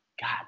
god